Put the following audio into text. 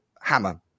hammer